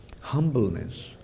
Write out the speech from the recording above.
humbleness